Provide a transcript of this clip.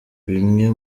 bimwe